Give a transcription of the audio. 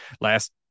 last